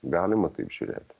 galima taip žiūrėti